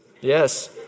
Yes